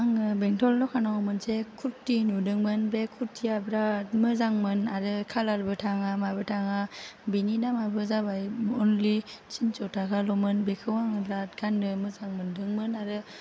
आङो बेंथल दखानाव मोनसे खुरथि नुदोंमोन बे खुरथिया बिराद मोजांमोन आरो खालारबो थाङा माबो थाङा बेनि दामाबो जाबाय अनलि थिनस' थाखाल'मोन बेखौ आङो बेराद गान्नो मोजां मोन्दोंमोन आरो